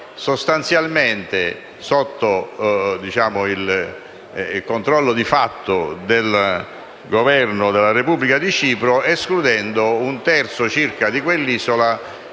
sostanzialmente, è sotto il controllo di fatto del Governo della Repubblica di Cipro, escludendo circa un terzo di quell'isola